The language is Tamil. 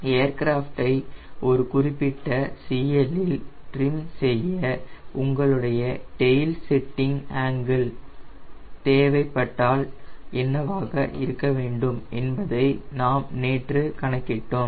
ஏர்கிராஃப்டை ஒரு குறிப்பிட்ட CL இல் ட்ரிம் செய்ய உங்களுடைய டெயில் செட்டிங் ஆங்கிள் தேவைப்பட்டால் என்னவாக இருக்க வேண்டும் என்பதை நாம் நேற்று கணக்கிட்டோம்